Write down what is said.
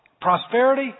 Prosperity